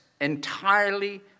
entirely